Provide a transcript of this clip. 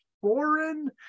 foreign